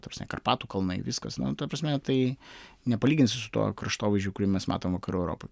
ta prasme karpatų kalnai viskas ta prasme tai nepalyginsi su tuo kraštovaizdžiu kurį mes matom vakarų europoj